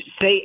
say